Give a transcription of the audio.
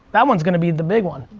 that one's gonna be the big one.